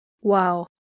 Wow